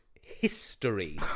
history